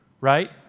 right